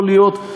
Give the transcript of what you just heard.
יכול להיות,